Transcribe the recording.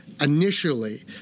Initially